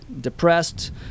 depressed